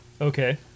Okay